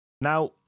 Now